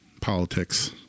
Politics